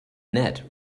ned